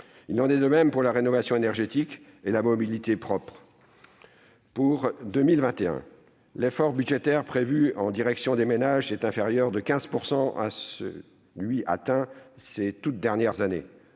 Il en est de même pour la rénovation énergétique et la mobilité propre. Pour 2021, l'effort budgétaire prévu en direction des ménages est inférieur de 15 % à celui qui a été atteint ces toutes dernières années.